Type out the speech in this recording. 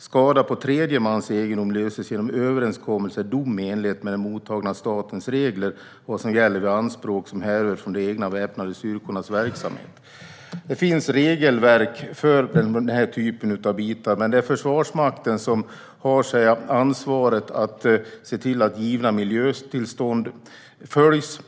Skada på tredje mans egendom löses genom överenskommelse eller dom i enlighet med den mottagna statens regler om vad som gäller vid anspråk som härrör från de egna väpnade styrkornas verksamhet. Det finns alltså regelverk för den här typen av bitar, men det är Försvarsmakten som har ansvaret att se till att givna miljötillstånd följs.